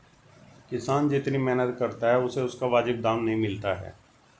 किसान जितनी मेहनत करता है उसे उसका वाजिब दाम नहीं मिलता है